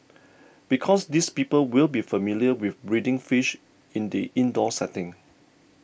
because these people will be familiar with breeding fish in the indoor setting